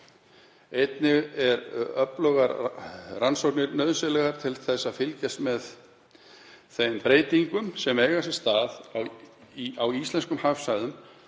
Einnig séu öflugar rannsóknir nauðsynlegar til að fylgjast með þeim breytingum sem eiga sér stað á íslenskum hafsvæðum